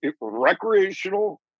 recreational